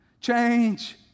change